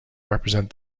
represent